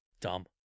Dumb